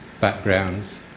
backgrounds